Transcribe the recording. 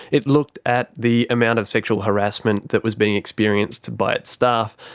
it looks at the amount of sexual harassment that was being experienced by its staff,